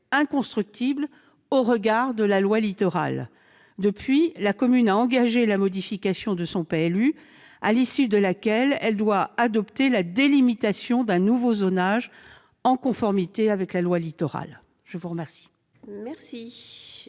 inconstructibles au regard de la loi Littoral. Depuis lors, la commune a engagé une modification de son PLU, à l'issue de laquelle elle doit adopter la délimitation d'un nouveau zonage conforme à la loi Littoral. La parole